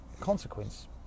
consequence